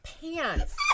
pants